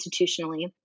institutionally